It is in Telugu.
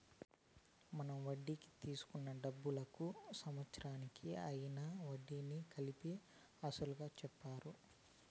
మనం వడ్డీకి తీసుకున్న డబ్బులకు సంవత్సరానికి అయ్యిన వడ్డీని కలిపి అసలుగా చెప్తారు